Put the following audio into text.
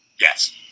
Yes